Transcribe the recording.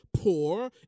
poor